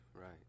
Right